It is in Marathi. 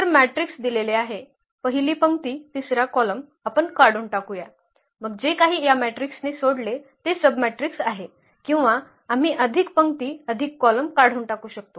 तर मॅट्रिक्स दिलेले आहे पहिली पंक्ती तिसरा कॉलम आपण काढून टाकूया मग जे काही या मेट्रिक्सने सोडले ते सबमॅट्रिक्स आहे किंवा आम्ही अधिक पंक्ती अधिक कॉलम काढून टाकू शकतो